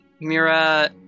Mira